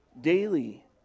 daily